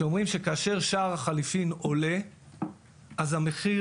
זה אומר שכאשר שער החליפין עולה אז המחיר